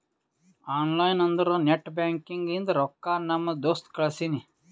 online ಅಂದುರ್ net banking ಇಂದ ರೊಕ್ಕಾ ನಮ್ ದೋಸ್ತ್ ಕಳ್ಸಿನಿ